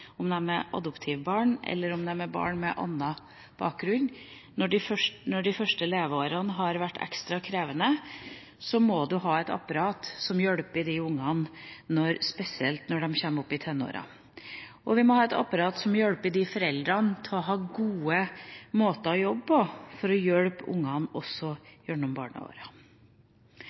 er adoptivbarn eller de er barn med annen bakgrunn. Når de første leveårene har vært ekstra krevende, må man ha et apparat som hjelper de barna, spesielt når de kommer i tenårene. Vi må også ha et apparat som hjelper disse foreldrene til å ha gode måter å jobbe på, for å hjelpe barna også